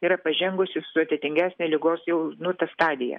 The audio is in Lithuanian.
yra pažengusi sudėtingesnė ligos jau nu ta stadija